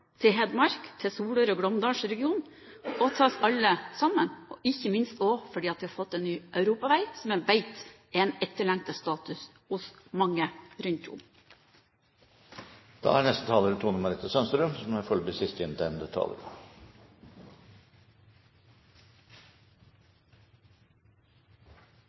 til Hedmark, til Solør- og Glåmdalsregionen og til oss alle sammen, og ikke minst også fordi vi har fått en ny europavei som jeg vet er en etterlengtet status hos mange rundt